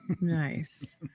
Nice